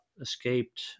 escaped